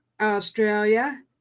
Australia